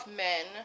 men